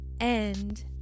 end